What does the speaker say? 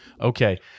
Okay